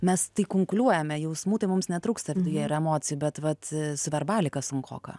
mes tai kunkuliuojame jausmų tai mums netrūksta viduje ir emocijų bet vat su verbalika sunkoka